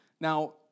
Now